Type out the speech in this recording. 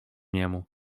niemu